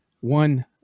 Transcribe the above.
one